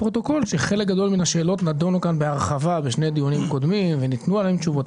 גדול מהשאלות נדונו בהרחבה בשני הדיונים הקודמים וניתנו עליהן תשובות.